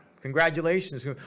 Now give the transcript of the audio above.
Congratulations